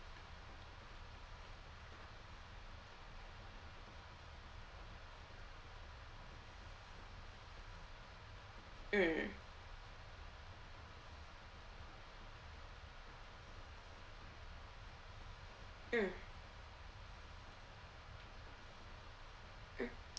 mm mm mm